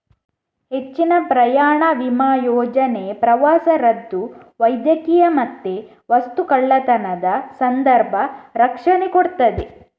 ಹೆಚ್ಚಿನ ಪ್ರಯಾಣ ವಿಮಾ ಯೋಜನೆ ಪ್ರವಾಸ ರದ್ದು, ವೈದ್ಯಕೀಯ ಮತ್ತೆ ವಸ್ತು ಕಳ್ಳತನದ ಸಂದರ್ಭ ರಕ್ಷಣೆ ಕೊಡ್ತದೆ